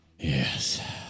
Yes